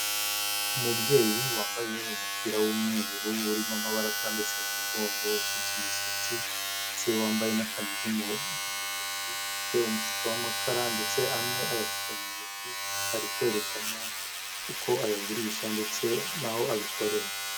Umubyeyi wambaye umupira w'umweru urimo amabara atambitse mu mugongo usutsa imisatsi ,ndetse wambaye n'akanigi mu ijosi afite umufuka w'amakara ndetse amwe ayafite mu ntoki ,ari kwerekana uko ayagurisha ndetse n'aho abikorera.